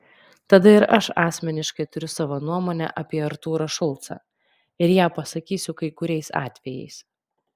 tada ir aš asmeniškai turiu savo nuomonę apie artūrą šulcą ir ją pasakysiu kai kuriais atvejais